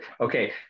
okay